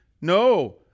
No